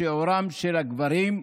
משיעורם של הגברים,